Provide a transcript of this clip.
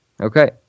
Okay